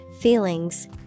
feelings